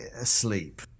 asleep